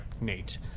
nate